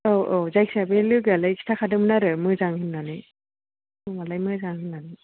औ औ जायखिया बे लोगोआलाय खिथाखादोंमोन आरो मोजां होननानै रुमालाय मोजां होननानै